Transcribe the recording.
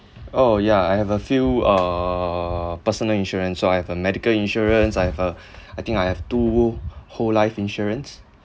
oh yeah I have a few err personal insurance so I've a medical insurance I've a uh I think I have two whole life insurance